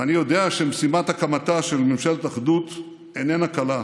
ואני יודע שמשימת הקמתה של ממשלת אחדות איננה קלה,